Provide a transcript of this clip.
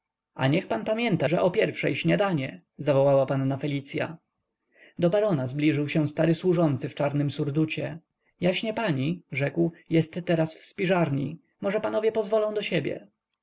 a niech pan pamięta że o pierwszej śniadanie zawołała panna felicya do barona zbliżył się stary służący w czarnym surducie jaśnie pani rzekł jest teraz w spiżarni może panowie pozwolą do siebie